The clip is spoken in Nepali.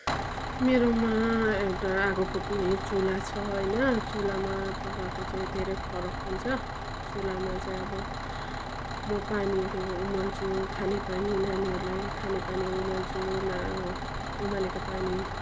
मेरोमा एउटा आगो फुक्ने चुल्हा छ होइन चुल्हामा पकाको चाहिँ धेरै फरक हुन्छ चुल्हामा चाहिँ अब म पानीहरू उमाल्छु खाने पानी नानीहरूलाई खाने पानी उमाल्छु उमालेको पानी